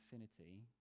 infinity